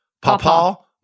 Papa